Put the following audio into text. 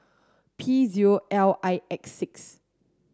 P zero L I X six